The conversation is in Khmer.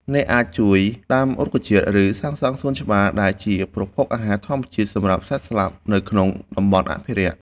អ្នកអាចជួយដាំរុក្ខជាតិ ឬសាងសង់សួនច្បារដែលជាប្រភពអាហារធម្មជាតិសម្រាប់សត្វស្លាបនៅក្នុងតំបន់អភិរក្ស។